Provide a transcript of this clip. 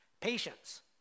Patience